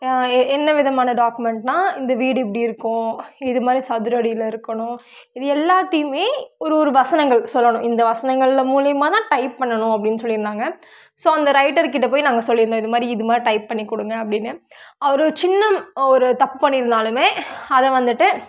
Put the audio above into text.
ஏ என்ன விதமான டாக்குமெண்ட்னால் இந்த வீடு இப்படி இருக்கும் இது மாதிரி சதுரடியில் இருக்கணும் இது எல்லாத்தையுமே ஒரு ஒரு வசனங்கள் சொல்லணும் இந்த வசனங்களில் மூலயமா தான் டைப் பண்ணணும் அப்படின்னு சொல்லியிருந்தாங்க ஸோ அந்த ரைட்டர்க்கிட்ட போய் நாங்கள் சொல்லியிருந்தோம் இது மாதிரி இது மாதிரி டைப் பண்ணி கொடுங்க அப்படின்னு அவர் சின்ன ஒரு தப்பு பண்ணியிருந்தாலுமே அதை வந்துவிட்டு